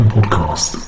Podcast